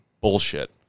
bullshit